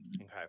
Okay